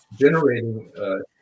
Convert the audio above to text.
generating